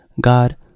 God